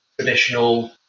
traditional